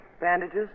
Bandages